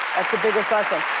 so biggest lesson.